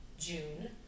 June